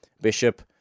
Bishop